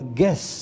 guess